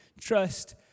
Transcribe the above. trust